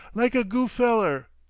like a goo' feller.